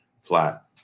flat